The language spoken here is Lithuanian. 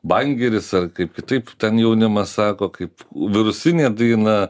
bangeris ar kaip kitaip ten jaunimas sako kaip virusinė daina